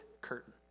curtain